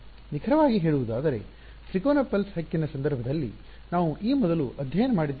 ನಿಖರವಾಗಿ ಹೇಳುವುದಾದರೆ ತ್ರಿಕೋನ ನಾಡಿ ಪಲ್ಸ್ ಹಕ್ಕಿನ ಸಂದರ್ಭದಲ್ಲಿ ನಾವು ಈ ಮೊದಲು ಅಧ್ಯಯನ ಮಾಡಿದ್ದು ಸರಿ